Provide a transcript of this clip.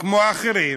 כמו אחרים,